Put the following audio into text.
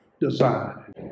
design